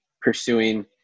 pursuing